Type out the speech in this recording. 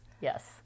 Yes